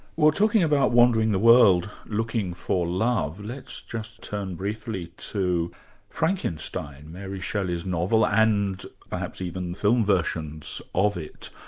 well, talking about wandering the world looking for love, let's just turn briefly to frankenstein, mary shelley's novel, and perhaps even the film versions of it.